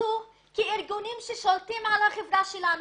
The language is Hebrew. נכנסו כארגונים ששולטים על החברה שלנו